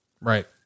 right